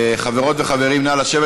חברות וחברים, נא לשבת.